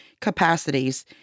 capacities